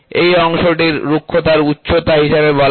এই অংশটি রুক্ষতার উচ্চতা হিসাবে বলা হয়